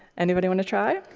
anybody want to try?